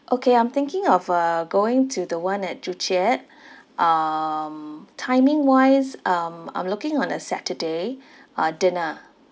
okay I'm thinking of uh going to the one at joo chiat um timing wise um I'm looking on a saturday uh dinner